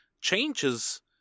changes